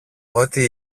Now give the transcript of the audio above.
ότι